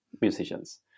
musicians